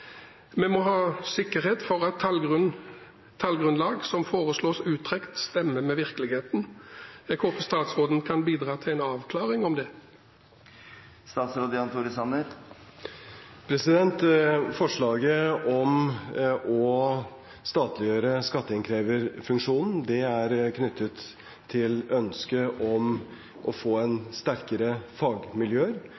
Vi må ha sikkerhet for at tallgrunnlaget som foreslås uttrukket, stemmer med virkeligheten. Jeg håper statsråden kan bidra til en avklaring om det. Forslaget om å statliggjøre skatteinnkreverfunksjonen er knyttet til ønsket om å få sterkere fagmiljøer